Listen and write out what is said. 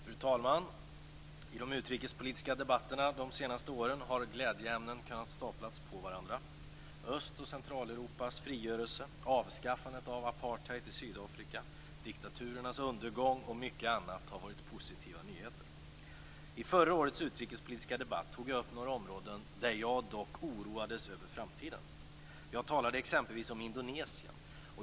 Fru talman! I de utrikespolitiska debatterna de senaste åren har glädjeämnen kunnat staplas på varandra. Öst och Centraleuropas frigörelse, avskaffandet av apartheid i Sydafrika, diktaturernas undergång och mycket annat har varit positiva nyheter. I förra årets utrikespolitiska debatt tog jag upp några områden där jag dock oroades över framtiden. Jag talade exempelvis om Indonesien.